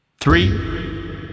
Three